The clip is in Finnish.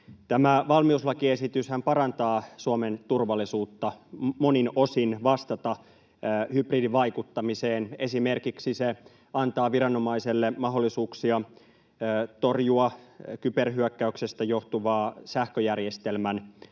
Tämä valmiuslakiesityshän parantaa Suomen turvallisuutta ja monin osin vastaa hybridivaikuttamiseen. Esimerkiksi se antaa viranomaiselle mahdollisuuksia torjua kyberhyökkäyksestä johtuvaa sähköjärjestelmän